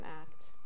act